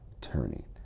turning